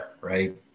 right